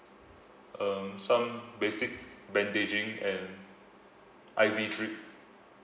um some basic bandaging and I_V drip